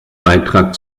beitrag